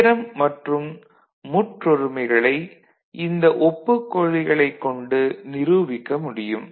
theorem மற்றும் முற்றொருமைகளை இந்த ஒப்புக் கொள்கைகளைக் கொண்டு நிரூபிக்க முடியும்